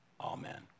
Amen